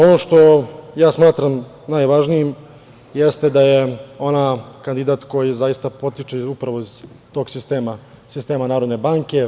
Ono što smatram najvažnijim jeste da je ona kandidat koji zaista potiče upravo iz tog sistema, sistema Narodne banke.